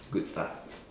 good stuff